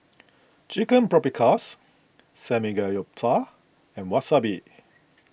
Chicken Paprikas Samgeyopsal and Wasabi